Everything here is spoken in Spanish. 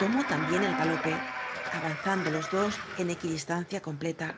toroó tam bién el galope avanzando los dos en equidis tancia completa